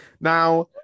Now